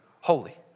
holy